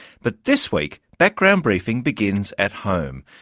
but this week background briefing begins at home,